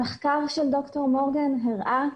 המחקר של ד"ר מורגן הראה,